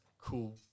cool